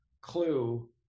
clue